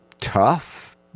tough